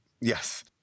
Yes